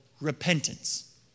repentance